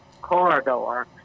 corridor